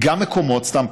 גם מקומות, סתם.